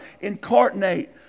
incarnate